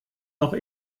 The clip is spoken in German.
noch